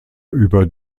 über